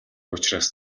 учраас